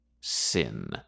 sin